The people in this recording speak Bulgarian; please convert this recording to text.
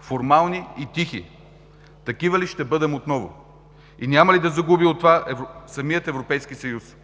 Формални и тихи – такива ли ще бъдем отново? Няма ли да загуби от това самият Европейски съюз?